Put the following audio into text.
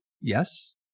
yes